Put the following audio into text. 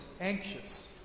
anxious